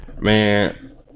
man